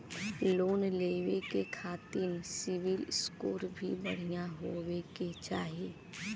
Loan लेवे के खातिन सिविल स्कोर भी बढ़िया होवें के चाही?